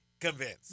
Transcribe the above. convinced